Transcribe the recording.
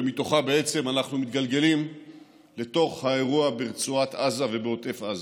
ומתוכה בעצם אנחנו מתגלגלים לתוך האירוע ברצועת עזה ובעוטף עזה.